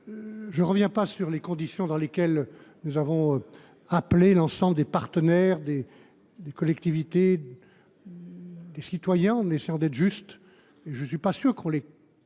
Je ne reviendrai pas sur les conditions dans lesquelles nous avons appelé à cet effort l’ensemble des partenaires, des collectivités et des citoyens, en essayant d’être justes. Je ne suis pas sûr que nous ayons